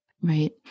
Right